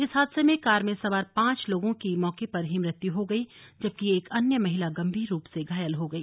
इस हादसे में कार में सवार पांच लोगों की मौके पर ही मृत्यु हो गई जबकी एक अन्य महिला गंभीर रूप से घायल हो गई